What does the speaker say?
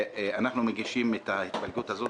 אנחנו מגישים את ההתפלגות הזאת,